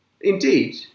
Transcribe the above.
Indeed